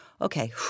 okay